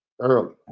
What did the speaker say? early